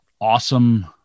awesome